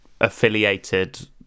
affiliated